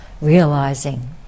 realizing